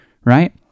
right